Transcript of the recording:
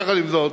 יחד עם זאת,